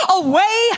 away